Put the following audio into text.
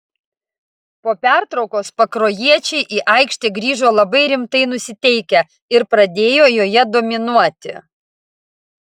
po pertraukos pakruojiečiai į aikštę grįžo labai rimtai nusiteikę ir pradėjo joje dominuoti